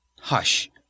Hush